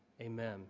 amen